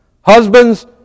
Husbands